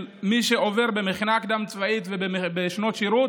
מי שעובר במכינה קדם-צבאית ובשנות שירות: